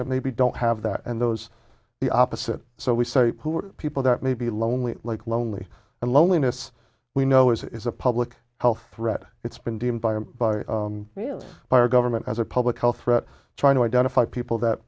maybe don't have that and those the opposite so we say who are people that may be lonely lonely and loneliness we know is a public health threat it's been deemed by really by our government as a public health threat trying to identify people that